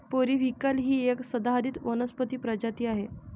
periwinkle ही एक सदाहरित वनस्पती प्रजाती आहे